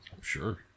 sure